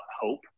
hope